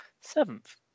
seventh